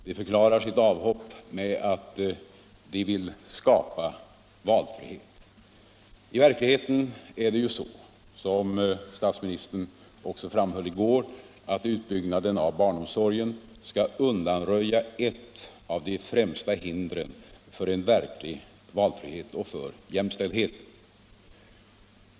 De förklarar sitt avhopp med att de vill skapa valfrihet. I verkligheten är det, som statsministern också framhöll i går, så att utbyggnaden av barnomsorgen skall undanröja ett av de främsta hindren för en verklig valfrihet och för jämställdhet.